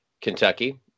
Kentucky